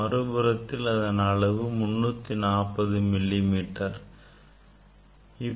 மறுபுறத்தில் இதன் அளவு 340 மில்லி மீட்டராகும்